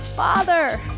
father